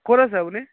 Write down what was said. ক'ত আছে আপুনি